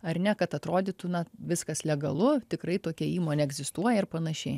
ar ne kad atrodytų na viskas legalu tikrai tokia įmonė egzistuoja ir panašiai